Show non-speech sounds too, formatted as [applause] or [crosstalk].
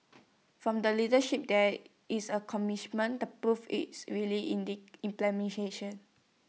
[noise] from the leadership there is A commitment the proof is really in the implementation